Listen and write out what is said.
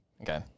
Okay